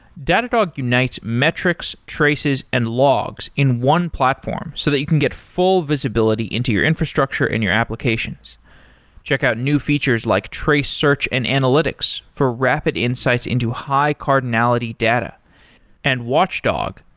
datadog unites metrics, traces and logs in one platform, so that you can get full visibility into your infrastructure in your applications check out new features like trace, search and analytics for rapid insights into high cardinality data and watchdog,